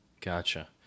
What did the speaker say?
Gotcha